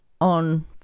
on